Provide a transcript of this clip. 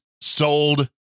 sold